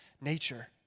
nature